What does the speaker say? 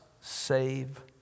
save